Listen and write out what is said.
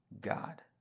God